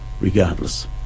regardless